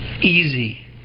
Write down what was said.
easy